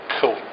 Cool